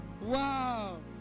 Wow